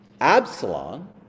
Absalom